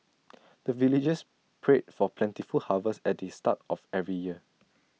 the villagers pray for plentiful harvest at the start of every year